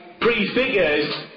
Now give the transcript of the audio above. Prefigures